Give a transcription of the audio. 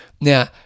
Now